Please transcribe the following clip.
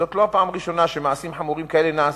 וזאת לא הפעם הראשונה שמעשים חמורים כאלה נעשים.